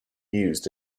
used